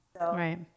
right